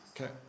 Okay